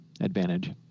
advantage